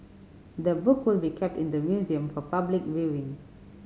the book will be kept in the museum for public viewing